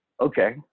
okay